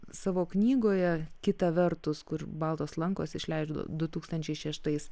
savo knygoje kita vertus kur baltos lankos išleido du tūkstančiai šeštais